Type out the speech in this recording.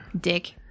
Dick